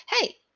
hey